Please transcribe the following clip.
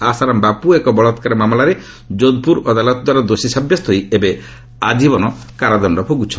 ଆଶାରାମ ବାପ୍ର ଏକ ବଳାକ୍କାର ମାମଲାରେ ଯୋଧପୁର ଅଦାଲତଦ୍ୱାରା ଦୋଷୀ ସାବ୍ୟସ୍ତ ହୋଇ ଏବେ ଆଜୀବନ କାରାଦଣ୍ଡ ଭୋଗ୍ରଛନ୍ତି